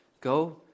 go